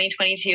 2022